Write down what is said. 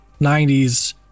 90s